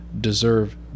deserve